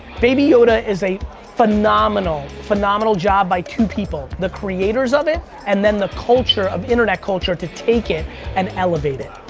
baby yoda is a phenomenal, phenomenal job by two people. the creators of it and then the culture of internet culture to take it and elevate it.